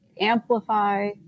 amplify